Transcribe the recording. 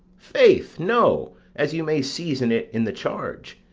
faith, no as you may season it in the charge.